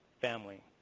family